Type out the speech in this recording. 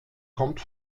kommt